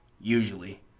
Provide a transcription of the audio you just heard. usually